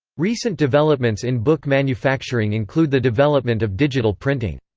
recent developments in book manufacturing include the development of digital printing.